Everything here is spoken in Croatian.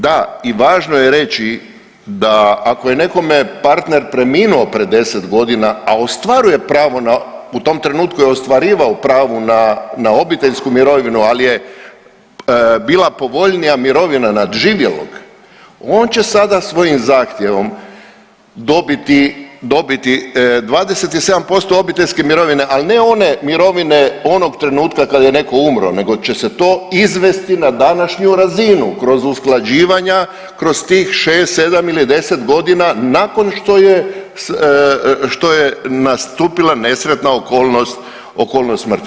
Da i važno je reći da ako je nekome partner preminuo pred 10 godina, a ostvaruje pravo na, u tom trenutku je ostvarivao pravo na obiteljsku mirovinu, ali je bila povoljnija mirovina nadživjelog on će sada svojim zahtjevom dobiti 27% obiteljske mirovine, ali ne one mirovine onog trenutka kada je netko umro, nego će se to izvesti na današnju razinu kroz usklađivanja kroz tih 6, 7 ili 10 godina nakon što je nastupila nesretna okolnost smrti.